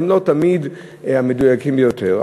הם לא תמיד המדויקים ביותר.